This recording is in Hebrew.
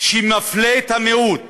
שמפלה את המיעוט